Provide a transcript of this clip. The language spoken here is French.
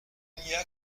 cogna